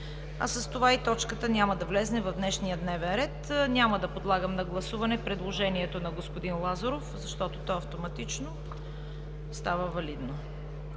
а с това и точката няма да влезе в днешния дневен ред. Няма да подлагам на гласуване предложението на господин Лазаров, защото то автоматично става валидно.